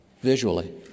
visually